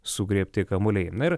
sugriebti kamuoliai na ir